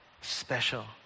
special